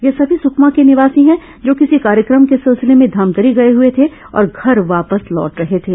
ये सभी सुकमा के निवासी है जो किसी कार्यक्रम के सिलसिले में धमतरी गए हए थे और घर वापस लौट रहे थे